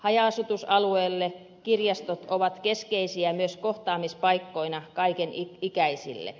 haja asutusalueilla kirjastot ovat keskeisiä myös kohtaamispaikkoina kaikenikäisille